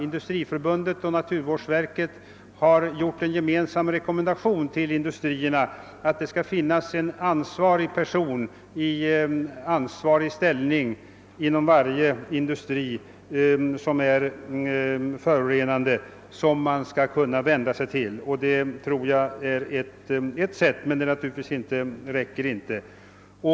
Industriförbundet och naturvårdsverket har utfärdat en gemensam rekommendation att det vid varje förorenande industri skall finnas en person i ansvarig ställning som man kan vända sig till i dessa frågor. Det tror jag är bra, men naturligtvis räcker inte det.